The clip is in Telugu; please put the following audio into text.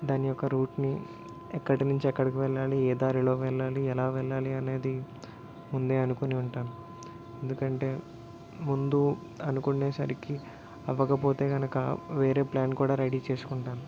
దాని యొక్క రూట్ని ఎక్కడి నుంచి ఎక్కడికి వెళ్ళాలి ఏ దారిలో వెళ్ళాలి ఎలా వెళ్ళాలి అనేది ముందే అనుకుని ఉంటాను ఎందుకంటే ముందు అనుకునేసరికి అవ్వకపోతే గనుక వేరే ప్లాన్ కూడా రెడీ చేసుకుంటాను